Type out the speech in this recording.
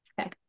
okay